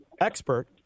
expert